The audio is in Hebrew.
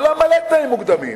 העולם מלא תנאים מוקדמים.